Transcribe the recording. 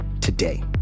today